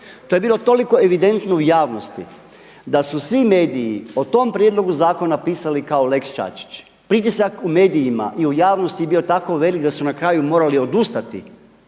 To je bilo toliko evidentno u javnosti da su svi mediji o tom prijedlogu zakona pisali kao lex Čačić. Pritisak u medijima i u javnosti je bio tako velik da su na kraju morali odustati